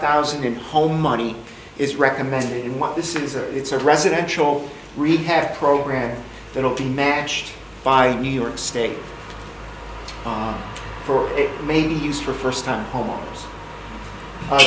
thousand home money is recommended and what this is a it's a residential read have program that will be matched by new york state for maybe use for first time homeowners